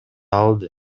алды